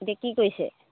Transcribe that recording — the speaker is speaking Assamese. এতিয়া কি কৰিছে